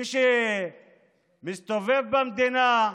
מי שמסתובב במדינה,